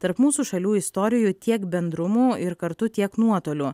tarp mūsų šalių istorijų tiek bendrumų ir kartu tiek nuotolių